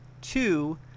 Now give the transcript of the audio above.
two